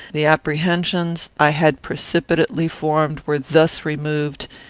the apprehensions i had precipitately formed were thus removed,